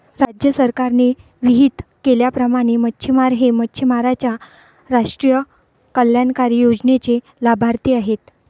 राज्य सरकारने विहित केल्याप्रमाणे मच्छिमार हे मच्छिमारांच्या राष्ट्रीय कल्याणकारी योजनेचे लाभार्थी आहेत